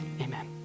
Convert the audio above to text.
amen